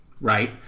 right